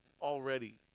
already